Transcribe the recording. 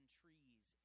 trees